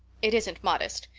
it isn't modest.